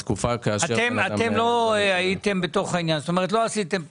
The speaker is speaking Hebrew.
לא עשיתם פרסום?